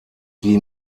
die